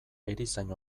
erizain